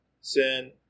sin